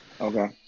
Okay